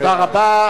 תודה רבה.